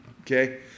Okay